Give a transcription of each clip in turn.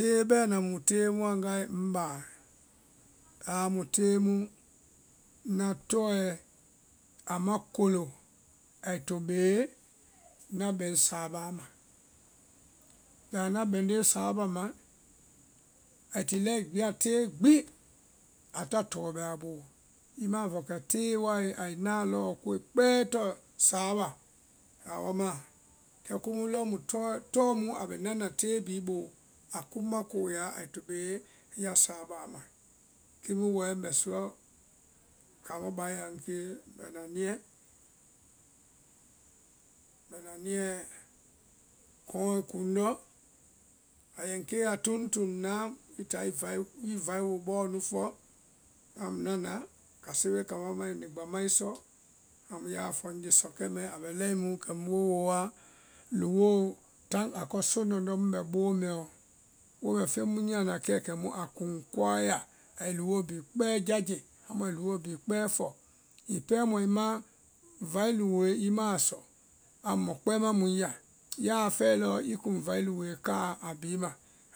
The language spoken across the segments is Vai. tee bɛna mu tee muã ŋgae ŋ baa, aa mu tee mu ŋna tɔɛ a kolo ai to bee na bɛŋ sáabáa ma, bɛimã ŋna bɛŋnde sáaba ma, ai ti lɛi gbia tee gbi a ta tɔɔ bɛ a boo, i ma a fɔ kɛ tee wae ai naã lɔɔ koe kpɛɛ tɔŋ sáaba a wa maã kɛ ko mu lɔ mu tɔ tɔmu a bɛ nana tee bii boo a kuŋ ma koyaa ai to bee ya sáabáa ma, kii mu wɛɛ ŋbɛ suɔ káamɔɔ bai a ŋ kee ŋmbɛ na niɛ ŋmbɛ na niɛ kuŋɛ kuŋndɔ, a yɛ ŋ kea ya tuŋ tuŋ na i taa i vai i vai woo bɔɔ nu fɔ, amu na na kasebee kambá mai nigba ma i sɔ, amu ya a fɔ ŋye sɔkɛ mɛɛ a bɛ lɛi mu kɛmu wo woa luwoo taŋ akɔ soŋlɔndɔ mu bɛ boo mɛɔ wo bɛ feŋ nyia na kɛ kɛmu a kuŋ koae ya ai luwoo bhi kpɛɛ jaje, amu ai luwoo bhi kpɛɛ fɔ, hiŋi pɛɛ mɔ ima vai luwoo i maã sɔ amu mɔ kpɛma mu i ya, yaa fɛe lɔɔ i kuŋ vai luwoe kaa a bii ma,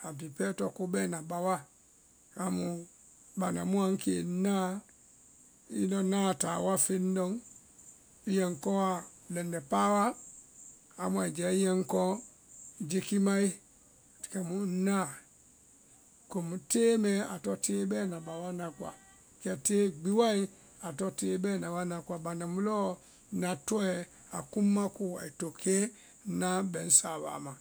a bhi pɛɛ tɔŋ ko bɛna bawa, amu banda mu a ŋ kee ŋnaã i lɔ ŋna a táa woa feŋ, i ye ŋ kɔa lɛndɛ́ pawa amu ai jɛɛ i yɛ ŋ kɔ jikimae kɛmu ŋna komu tee mɛɛ a tɔŋ tee bɛna bawa ŋna koa, kɛ tee gbi wae a tɔ tee bɛna wa ŋna koa banda mu lɔɔ ŋna tɔɛ a kuŋ ma koo ai to kee ŋna bɛŋ sáabáa ma.